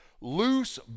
loose